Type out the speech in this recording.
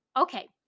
Okay